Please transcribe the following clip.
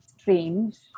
strange